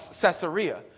Caesarea